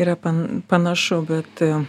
yra pan panašu bet